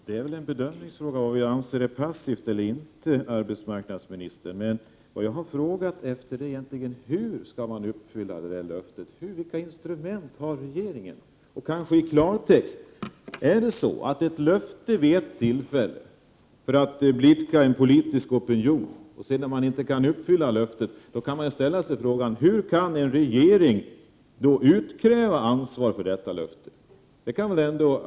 Herr talman! Vad vi anser vara passivt eller inte är väl en bedömningsfråga, arbetsmarknadsministern! Vad jag har frågat är egentligen hur det avgivna löftet kan uppfyllas. Vilka instrument har regeringen? Eller, för att tala klarspråk: Man ställer ut ett löfte för att blidka en politisk opinion. Men när löftet inte kan uppfyllas måste man fråga hur regeringen kan utkräva ett ansvar när det gäller detta löfte.